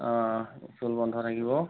অ school বন্ধ থাকিব